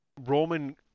Roman